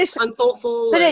unthoughtful